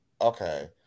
Okay